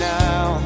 now